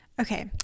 Okay